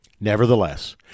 Nevertheless